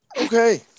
Okay